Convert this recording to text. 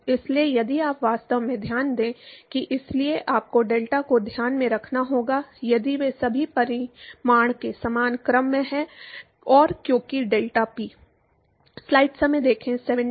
इसलिए यदि आप वास्तव में ध्यान दें कि इसलिए आपको डेल्टा को ध्यान में रखना होगा यदि वे सभी परिमाण के समान क्रम में हैं और क्योंकि डेल्टापी